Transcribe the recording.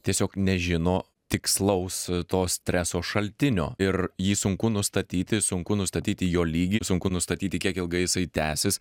tiesiog nežino tikslaus to streso šaltinio ir jį sunku nustatyti sunku nustatyti jo lygį sunku nustatyti kiek ilgai jisai tęsis